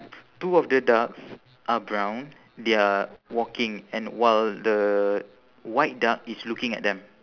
two of the ducks are brown they are walking and while the white duck is looking at them